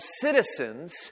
citizens